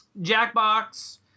jackbox